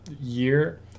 Year